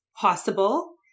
possible